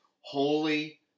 holy